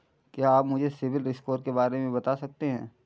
क्या आप मुझे सिबिल स्कोर के बारे में बता सकते हैं?